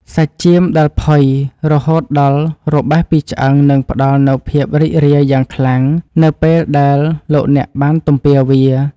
សាច់ចៀមដែលផុយរហូតដល់របេះពីឆ្អឹងនឹងផ្តល់នូវភាពរីករាយយ៉ាងខ្លាំងនៅពេលដែលលោកអ្នកបានទំពារវា។